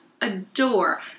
adore